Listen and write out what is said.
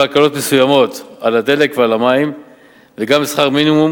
הקלות מסוימות על הדלק ועל המים וגם בשכר מינימום